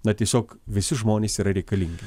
na tiesiog visi žmonės yra reikalingi